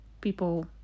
People